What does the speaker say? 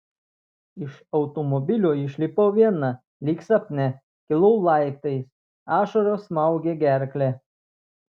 iš automobilio išlipau viena lyg sapne kilau laiptais ašaros smaugė gerklę